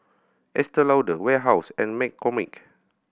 Estee Lauder Warehouse and McCormick